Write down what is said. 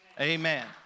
Amen